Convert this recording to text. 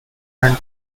and